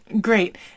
Great